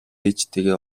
ээжтэйгээ